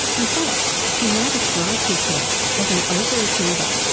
in fact she now describes herself as an overachiever.